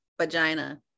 Vagina